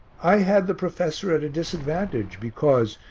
i had the professor at a disadvantage because,